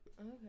Okay